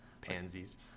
Pansies